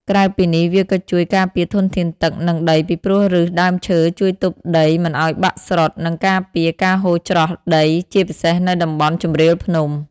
ក្រៅពីនេះវាក៏ជួយការពារធនធានទឹក និងដី ពីព្រោះឫសដើមឈើជួយទប់ដីមិនឱ្យបាក់ស្រុត និងការពារការហូរច្រោះដី ជាពិសេសនៅតំបន់ជម្រាលភ្នំ។